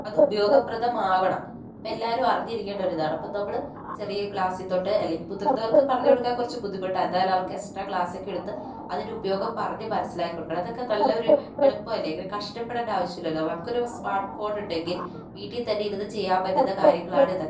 അത് ഉപയോഗപ്രദമാകണം അപ്പം എല്ലാവരും അറിഞ്ഞിരിക്കേണ്ട ഒരു ഇതാണ് അപ്പോൾ നമ്മള് ചെറിയ ക്ലാസ്സിൽ തൊട്ട് അല്ലെങ്കിൽ മുതിർന്നവർക്ക് പറഞ്ഞുകൊടുക്കാൻ കുറച്ച് ബുദ്ധിമുട്ടാണ് എന്നാൽ അവർക്ക് എക്സ്ട്രാ ക്ലാസ്സ് ഒക്കെ എടുത്ത് അതിന്റെ ഉപയോഗം പറഞ്ഞ് മനസ്സിലാക്കി കൊടുക്കണം അതൊക്കെ നല്ലൊരു എളുപ്പമല്ലേ ഇങ്ങനെ കഷ്ടപ്പെടേണ്ട ആവശ്യമില്ലല്ലോ നമുക്കൊരു സ്മാർട്ട് ഫോൺ ഉണ്ടെങ്കിൽ വീട്ടിൽ തന്നെ ഇരുന്ന് ചെയ്യാൻ പറ്റുന്ന കാര്യങ്ങളാണ് ഇതൊക്കെ